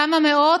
כמה מאות,